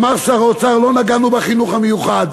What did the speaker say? אמר שר האוצר: לא נגענו בחינוך המיוחד.